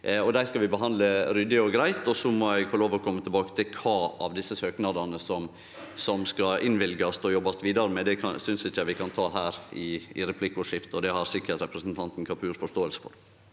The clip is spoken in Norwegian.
dei skal vi behandle ryddig og greitt, og så må eg få lov til å kome tilbake til kva søknader som skal innvilgast og jobbast vidare med. Det synest eg ikkje vi kan ta her i replikkordskiftet, og det har sikkert representanten Kapur forståing for.